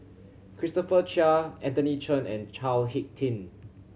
Christopher Chia Anthony Chen and Chao Hick Tin